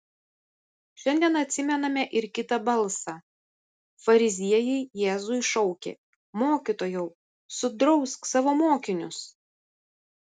šiandien atsimename ir kitą balsą fariziejai jėzui šaukė mokytojau sudrausk savo mokinius